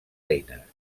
eines